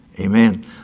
Amen